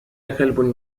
كلب